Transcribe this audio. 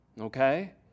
Okay